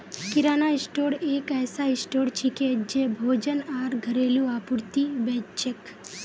किराना store एक ऐसा store छिके जे भोजन आर घरेलू आपूर्ति बेच छेक